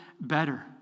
better